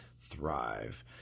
thrive